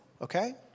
okay